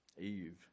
Eve